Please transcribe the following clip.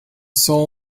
soul